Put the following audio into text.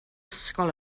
ysgol